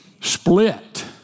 split